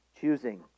Choosing